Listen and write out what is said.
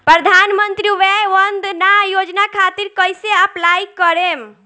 प्रधानमंत्री वय वन्द ना योजना खातिर कइसे अप्लाई करेम?